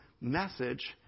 message